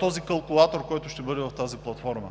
този калкулатор, който ще бъде в нея.